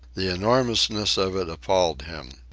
the enormousness of it appalled him.